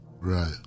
right